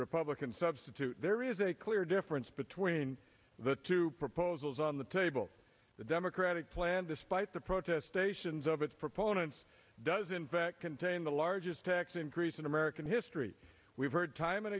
substitute there is a clear difference between the two proposals on the table the democratic plan despite the protestations of its proponents does in fact contain the largest tax increase in american history we've heard time and